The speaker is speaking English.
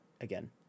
again